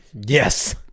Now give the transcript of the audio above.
Yes